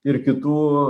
ir kitų